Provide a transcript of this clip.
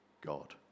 God